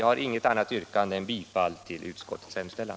Jag har inget annat yrkande än bifall till utskottets hemställan.